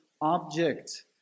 object